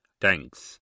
Thanks